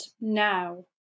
now